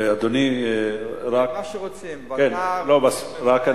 אדוני, רק, מה שרוצים, ועדה, מליאה.